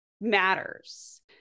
matters